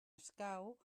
escau